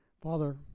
Father